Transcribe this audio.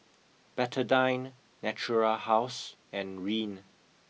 Betadine Natura House and Rene